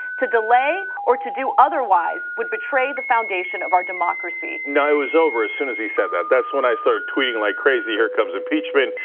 to delay or to do otherwise would betray the foundation of our democracy. now, it was over as soon as he said that. that's when i started twitting like crazy, here comes impeachment.